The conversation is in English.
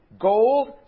gold